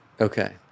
Okay